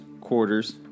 quarters